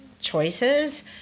choices